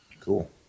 Cool